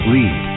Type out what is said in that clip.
Lead